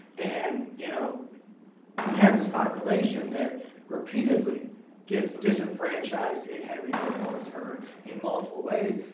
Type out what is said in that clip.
and you know you have this population that repeatedly gets disenfranchised in having their voice heard in multiple ways.